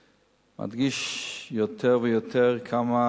מדגישים יותר ויותר כמה